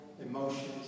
emotions